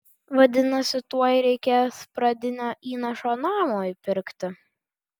vadinasi tuoj reikės pradinio įnašo namui pirkti